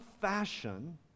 fashion